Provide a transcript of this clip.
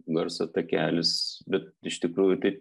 garso takelis bet iš tikrųjų tai